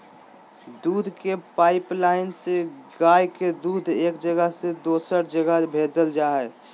दूध के पाइपलाइन से गाय के दूध एक जगह से दोसर जगह भेजल जा हइ